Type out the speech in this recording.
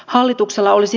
hallituksella olisi